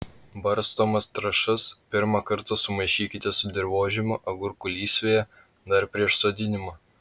barstomas trąšas pirmą kartą sumaišykite su dirvožemiu agurkų lysvėje dar prieš sodinimą